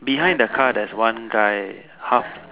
behind the car there is one guy half